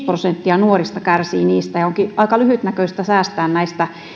prosenttia nuorista kärsii niistä onkin aika lyhytnäköistä säästää